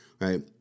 right